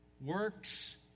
Works